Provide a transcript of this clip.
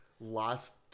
lost